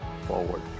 forward